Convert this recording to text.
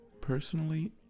personally